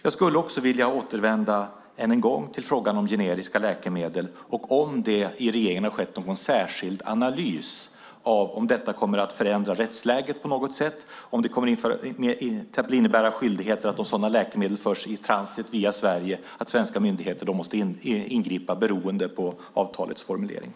Jag vill än en gång återvända till frågan om generiska läkemedel och om det i regeringen har skett någon särskild analys av om detta kommer att förändra rättsläget på något sätt. Kommer det till exempel beroende på avtalets formulering att innebära skyldigheter för svenska myndigheter att ingripa om sådana läkemedel förs i transit via Sverige?